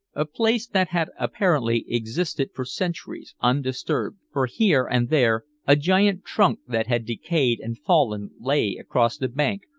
a place that had apparently existed for centuries undisturbed, for here and there a giant trunk that had decayed and fallen lay across the bank,